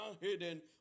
hidden